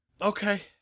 Okay